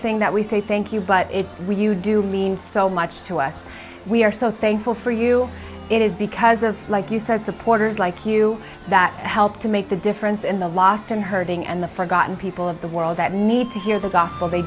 thing that we say thank you but we you do mean so much to us we are so thankful for you it is because of like you said supporters like you that help to make the difference in the lost and hurting and the forgotten people of the world that need to hear the gospel they